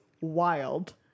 wild